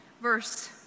verse